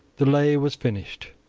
the lay was finished,